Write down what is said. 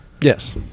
Yes